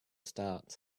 start